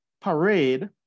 parade